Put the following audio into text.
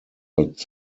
but